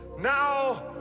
now